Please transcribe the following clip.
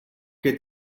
que